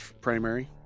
primary